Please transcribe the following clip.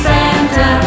Santa